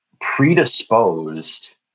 predisposed